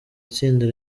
itsinda